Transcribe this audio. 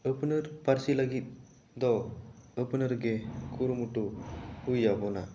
ᱟᱹᱯᱱᱟᱹᱨ ᱯᱟᱹᱨᱥᱤ ᱞᱟᱹᱜᱤᱫ ᱫᱚ ᱟᱹᱯᱱᱟᱹᱨ ᱜᱤ ᱠᱩᱨᱩᱢᱩᱴᱩ ᱦᱩᱭ ᱟᱵᱚᱱᱟ